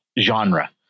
genre